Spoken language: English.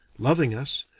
loving us,